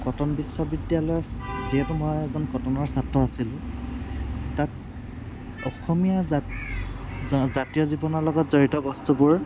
cotton বিশ্ববিদ্যালয়ত যিহেতু মই এজন কটনৰ ছাত্ৰ আছিলোঁ তাত অসমীয়া জাতীয় জীৱনৰ লগত জড়িত বস্তুবোৰ